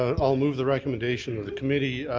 ah i'll move the recommendation of the committee.